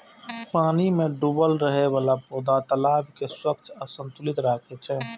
पानि मे डूबल रहै बला पौधा तालाब कें स्वच्छ आ संतुलित राखै छै